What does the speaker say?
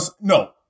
no